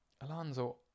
Alonso